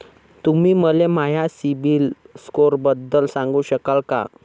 तुम्ही मले माया सीबील स्कोअरबद्दल सांगू शकाल का?